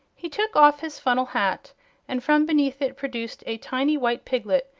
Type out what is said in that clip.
he took off his funnel hat and from beneath it produced a tiny white piglet,